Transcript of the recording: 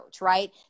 right